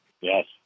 Yes